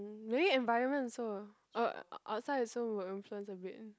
mm maybe environment also uh outside also will influence a bit